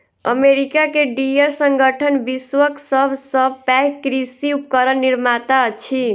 America के Deere संगठन विश्वक सभ सॅ पैघ कृषि उपकरण निर्माता अछि